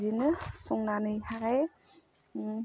बिदिनो संनानैहाय